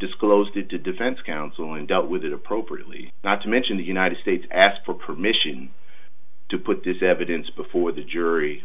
disclosed it to defense counsel and dealt with it appropriately not to mention the united states asked for permission to put this evidence before the jury